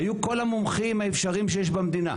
היו כל המומחים האפשריים שיש במדינה.